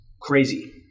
Crazy